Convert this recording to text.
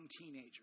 teenager